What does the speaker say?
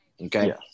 okay